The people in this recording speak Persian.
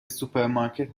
سوپرمارکت